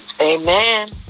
Amen